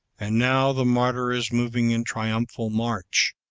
and now the martyr is moving in triumphal march,